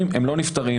נפטרים